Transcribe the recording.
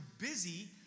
busy